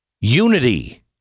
Unity